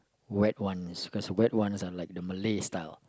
wet ones cause the wet ones are like the Malay style